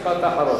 משפט אחרון.